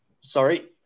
sorry